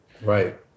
Right